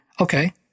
Okay